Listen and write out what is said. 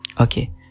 Okay